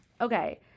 Okay